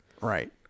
Right